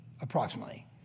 approximately